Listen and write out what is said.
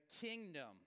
kingdom